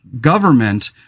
government